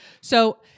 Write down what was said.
So-